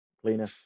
cleaner